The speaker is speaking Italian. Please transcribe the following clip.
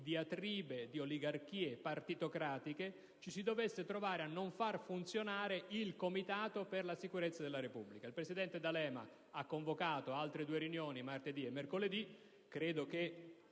diatribe di oligarchie partitocratiche, ci si dovesse trovare a non far funzionare il Comitato parlamentare per la sicurezza della Repubblica. Il presidente D'Alema ha convocato altre due riunioni per martedì e mercoledì; credo,